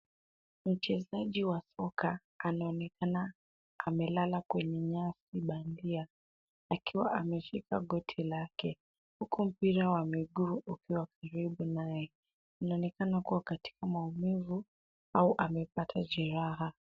Mchezaji wa soka anaonekana amelala kwenye nyasi bandia akiwa ameshika goti lake huku mpira wa miguu ukiwa karibu naye. Anaonekana kuwa katika maumivu au amepata jeraha.